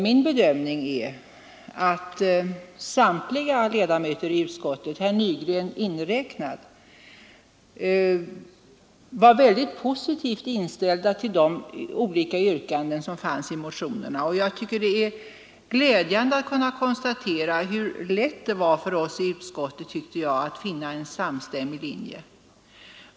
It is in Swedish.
Min bedömning är att samtliga ledamöter i utskottet, herr Nygren inräknad, var mycket positivt inställda till de olika yrkanden som fanns i motionerna. Det är glädjande att kunna konstatera hur lätt det var för oss i utskottet att finna en samstämmig linje.